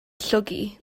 llwgu